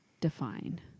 Define